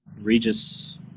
regis